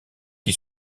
qui